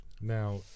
Now